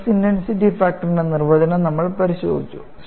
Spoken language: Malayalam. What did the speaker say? സ്ട്രെസ് ഇൻടെൻസിറ്റി ഫാക്ടർന്റെ നിർവചനം നമ്മൾ പരിശോധിച്ചു